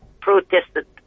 protested